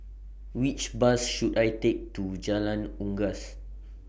Which Bus should I Take to Jalan Unggas